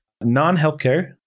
non-healthcare